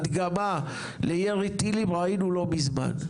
הדגמה לירי טילים ראינו לא מזמן.